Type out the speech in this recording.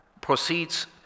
proceeds